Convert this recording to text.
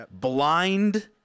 blind